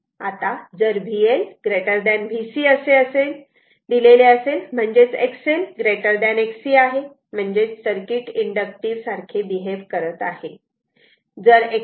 आता जर VL VC असे दिलेले असेल म्हणजेच XL Xc आहे म्हणजेच सर्किट इंडक्टिव्ह सारखे बिहेव्ह करत आहे